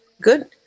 good